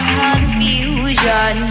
confusion